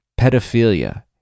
Pedophilia